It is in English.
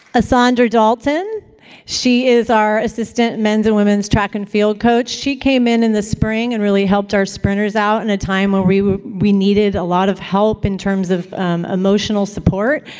asaundra dalton she is our assistant men's and women's track and field coach. she came in in the spring, and really helped our sprinters out in a time where we we needed a lot of help, in terms of emotional support.